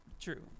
True